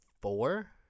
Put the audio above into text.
four